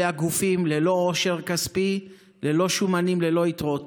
אלה גופים ללא עושר כספי, ללא שומנים, ללא יתרות.